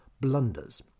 blunders